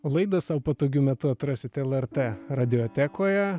laidą sau patogiu metu atrasite lrt radiotekoje